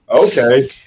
okay